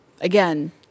again